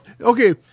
Okay